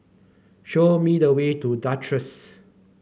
show me the way to Duchess